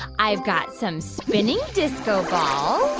i've got some spinning disco balls,